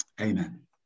Amen